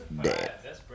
Dead